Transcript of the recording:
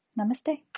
Namaste